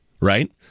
Right